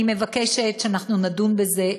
אני מבקשת שנדון בזה.